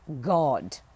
God